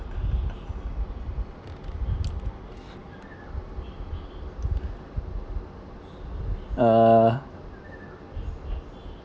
err